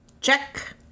Check